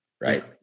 right